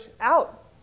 out